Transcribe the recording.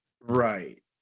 Right